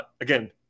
Again